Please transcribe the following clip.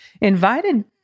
invited